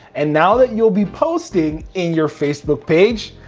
and now that you'll be posting in your facebook page,